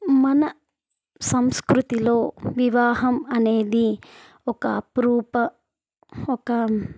మన సంస్కృతిలో వివాహం అనేది ఒక అపురూప ఒక